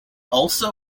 also